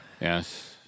Yes